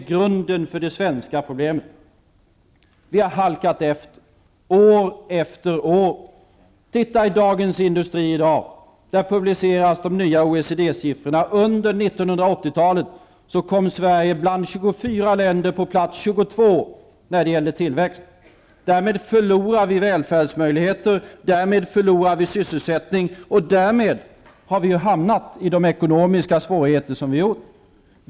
Grunden för de svenska problemen är att vi har halkat efter, år efter år. Titta i Dagens Industri i dag! Där publiceras de nya OECD-siffrorna. Under 1980-talet kom Sverige bland 24 länder på plats 22 när det gällde tillväxten. Därmed förlorar vi välfärdsmöjligheter. Därmed förlorar vi sysselsättning och därmed har vi hamnat i de ekonomiska svårigheter som vi har.